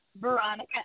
Veronica